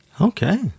Okay